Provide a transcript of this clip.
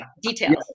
details